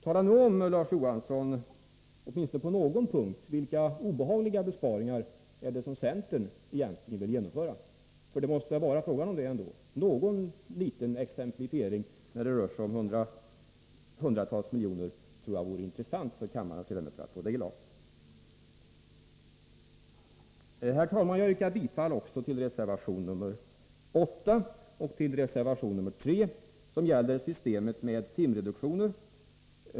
Tala nu om, Larz Johansson, åtminstone på någon punkt vilka obehagliga besparingar centern egentligen vill genomföra, för det måste väl ändå vara frågan om det.